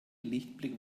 lichtblick